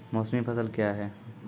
मौसमी फसल क्या हैं?